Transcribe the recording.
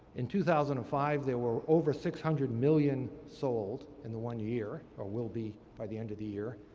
in two thousand and five, there were over six hundred million sold in the one year, or will be by the end of the year.